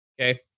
Okay